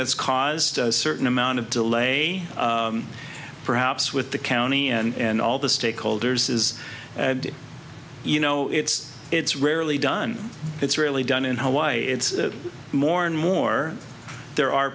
that's caused a certain amount of delay perhaps with the county and all the stakeholders is you know it's it's rarely done it's rarely done in hawaii it's more and more there are